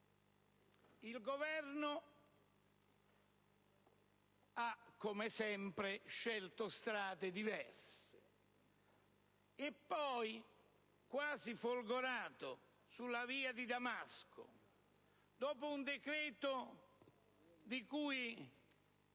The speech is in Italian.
il Governo ha scelto strade diverse e poi, quasi folgorato sulla via di Damasco, dopo un decreto in cui